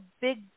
big